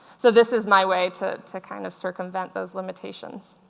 so this is my way to to kind of circumvent those limitations.